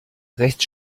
rechts